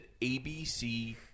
ABC